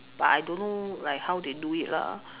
but I don't know like how they do it lah